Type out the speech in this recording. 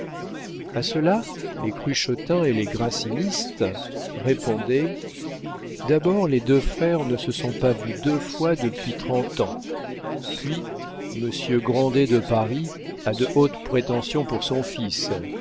a cela les cruchotins et les grassinistes répondaient d'abord les deux frères ne se sont pas vus deux fois depuis trente ans puis monsieur grandet de paris a de hautes prétentions pour son fils